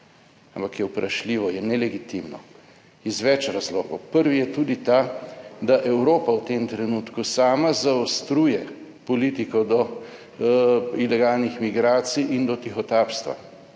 ampak je vprašljivo, je nelegitimno iz več razlogov. Prvi je tudi ta, da Evropa v tem trenutku sama zaostruje politiko do ilegalnih migracij in do tihotapstva.